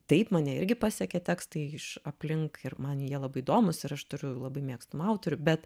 taip mane irgi pasiekė tekstai iš aplink ir man jie labai įdomūs ir aš turiu labai mėgstamų autorių bet